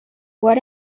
what